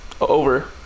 Over